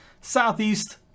southeast